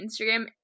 Instagram